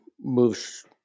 moves